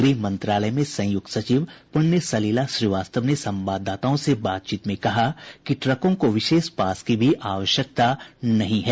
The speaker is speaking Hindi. गृह मंत्रालय में संयुक्त सचिव पुण्य सलिला श्रीवास्तव ने संवाददाताओं से बातचीत में कहा कि ट्रकों को विशेष पास की भी आवश्यकता नहीं है